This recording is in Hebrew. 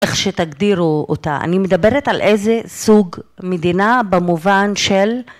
איך שתגדירו אותה. אני מדברת על איזה סוג מדינה במובן של